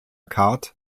carte